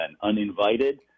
uninvited